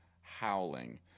howling